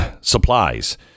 supplies